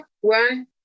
one